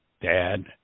dad